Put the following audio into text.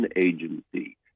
agency